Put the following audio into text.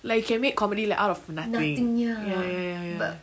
like he can make comedy like out of nothing ya ya ya ya